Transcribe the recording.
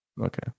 Okay